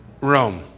Rome